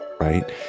right